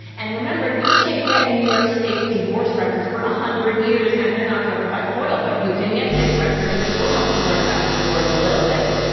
and remember you can't get new york state divorce records for one hundred years and they're not covered by foil, but you can get this record. and this will help you learn about the divorce a little bit.